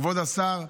כבוד השר,